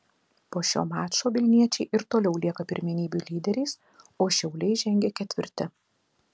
po šio mačo vilniečiai ir toliau lieka pirmenybių lyderiais o šiauliai žengia ketvirti